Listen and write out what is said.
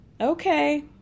Okay